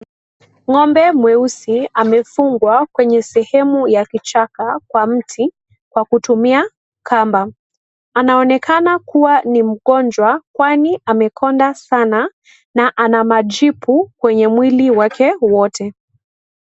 Ngombe mweusi amefungwa kwenye sehemu ya kichaka kwa mti kwa kutumia kamba, anaonekana kuwa ni mgonjwa kwani amekonda sana na ana majipu kwenye mwili wake wote.